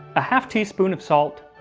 a half teaspoon of salt,